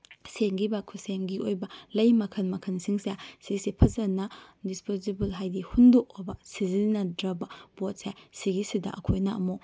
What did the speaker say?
ꯁꯦꯝꯈꯤꯕ ꯈꯨꯠꯁꯦꯝꯒꯤ ꯑꯣꯏꯕ ꯂꯩ ꯃꯈꯜ ꯃꯈꯜ ꯁꯤꯡꯁꯦ ꯁꯤꯁꯦ ꯐꯖꯅ ꯗꯤꯁꯄꯣꯖꯤꯕꯜ ꯍꯥꯏꯕꯗꯤ ꯍꯨꯟꯗꯣꯛꯑꯕ ꯁꯤꯖꯤꯅꯗ꯭ꯔꯕ ꯄꯣꯠꯁꯦ ꯁꯤꯒꯤꯁꯤꯗ ꯑꯩꯈꯣꯅ ꯑꯃꯨꯛ